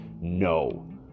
no